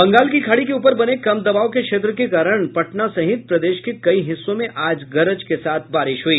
बंगाल की खाड़ी के ऊपर बने कम दबाव के क्षेत्र के कारण पटना सहित प्रदेश के कई हिस्सों में आज गरज के साथ बारिश हुई